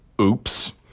Oops